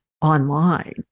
online